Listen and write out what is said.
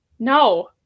no